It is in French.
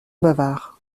bavard